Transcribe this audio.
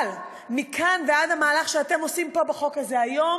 אבל מכאן ועד המהלך שאתם עושים פה בחוק הזה היום